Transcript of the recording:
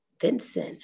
Vincent